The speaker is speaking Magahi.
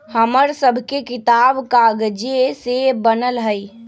हमर सभके किताब कागजे से बनल हइ